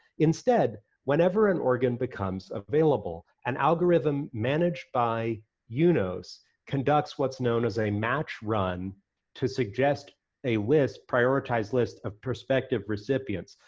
instead, whenever an organ becomes available an algorithm managed by yeah unos conducts what's known as a match run to suggest a list, prioritized list, of prospective recipients.